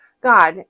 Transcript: God